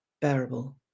bearable